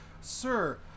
Sir